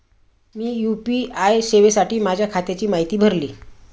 मी UPI सेवेसाठी माझ्या खात्याची माहिती भरली